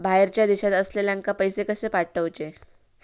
बाहेरच्या देशात असलेल्याक पैसे कसे पाठवचे?